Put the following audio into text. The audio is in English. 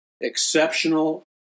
exceptional